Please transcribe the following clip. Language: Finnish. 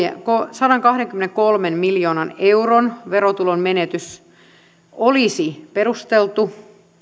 sadankahdenkymmenenkolmen miljoonan euron verotulonmenetys olisi perusteltu